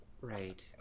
Right